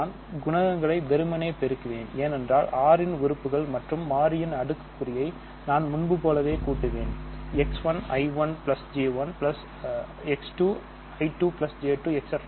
நான் குணகங்களை வெறுமனே பெருக்குவேன் ஏனென்றால் அவை R இன் உறுப்புகள் மற்றும் மாறியின் அடுக்குக்குறியை நான் முன்பு போலவே கூட்டுவேன் x 1 i1j1 x 2i 2j2